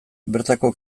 bertako